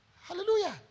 Hallelujah